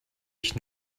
ich